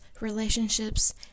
relationships